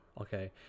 Okay